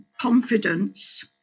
confidence